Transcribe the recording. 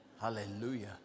Hallelujah